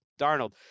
Darnold